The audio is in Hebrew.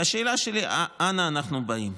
והשאלה שלי: אנה אנו באים?